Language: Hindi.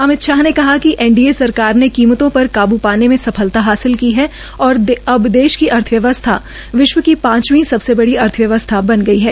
अमितशाह ने कहा कि एनडीए सरकार ने कीमतों पर काबू पाने में सफलता हासिल की और अब देश की अर्थव्यवस्था विश्व की पांचवी सबसे बड़ी अर्थव्यवस्था है